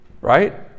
right